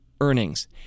earnings